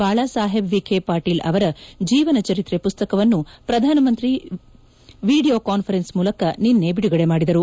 ಬಾಳಸಾಹೇಬ್ ವಿಖೆ ಪಾಟೀಲ್ ಅವರ ಜೀವನ ಚರಿತ್ರೆ ಮಸ್ತಕವನ್ನು ಪ್ರಧಾನಮಂತ್ರಿ ವೀಡಿಯೊ ಕಾನ್ವರೆನ್ಸ್ ಮೂಲಕ ನಿನ್ನೆ ಬಿಡುಗಡೆ ಮಾಡಿದರು